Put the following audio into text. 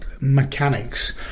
mechanics